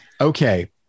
Okay